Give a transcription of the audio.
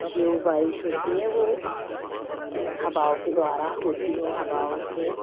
जो बारिश होती है वह हवाओं के द्वारा होती है हवाओं से